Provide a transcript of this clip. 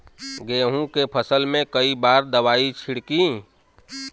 गेहूँ के फसल मे कई बार दवाई छिड़की?